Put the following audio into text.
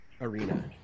Arena